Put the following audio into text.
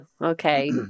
Okay